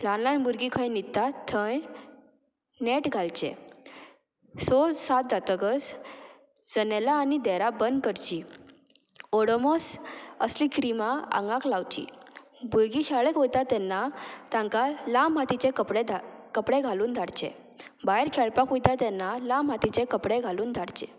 ल्हान ल्हान भुरगीं खंय न्हिदतात थंय नेट घालचें सो सात जातकच जनेलां आनी देरां बंद करचीं ओडोमोस असलीं क्रिमा आंगाक लावचीं भुरगीं शाळेक वयता तेन्ना तांकां लांब हातीचे कपडे धा कपडे घालून धाडचे भायर खेळपाक वयता तेन्ना लाम हातीचे कपडे घालून धाडचे